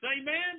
Amen